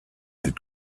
and